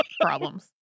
problems